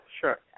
sure